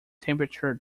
temperature